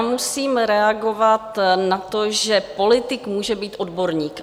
Musím reagovat na to, že politik může být odborník.